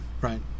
right